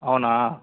అవునా